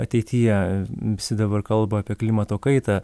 ateityje visi dabar kalba apie klimato kaitą